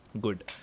good